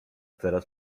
teraz